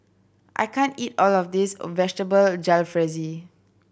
I can't eat all of this Vegetable Jalfrezi